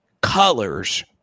colors